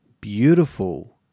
beautiful